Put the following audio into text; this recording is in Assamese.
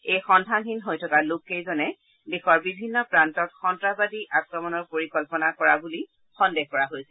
এই সন্ধানহীন হৈ থকা লোককেইজনে দেশৰ বিভিন্ন প্ৰান্তত সন্তাসবাদী আক্ৰমণৰ পৰিকল্পনা কৰা বুলি সন্দেহ কৰা হৈছিল